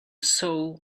soul